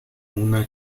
una